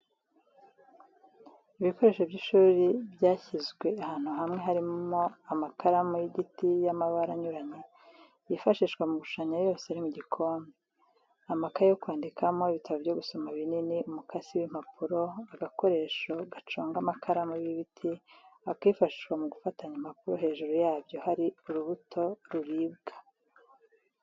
Ibikoresho by'ishuri byashyizwe ahantu hamwe harimo amakaramu y'igiti y'amabara anyuranye yifashishwa mu gushushanya yose ari mu gakombe, amakaye yo kwandikamo, ibitabo byo gusoma binini, umukasi w'impapuro, agakoresho gaconga amakaramu y'ibiti, akifashishwa mu gufatanya impapuro, hejuru yabyo hari n'urubuto ruribwa